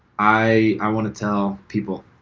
i want to tell people